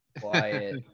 Quiet